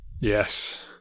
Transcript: Yes